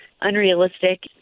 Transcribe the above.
unrealistic